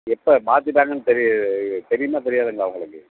எப்போ மாத்திட்டாங்கன்னு தெரிய தெரியுமா தெரியாதுங்களா உங்களுக்கு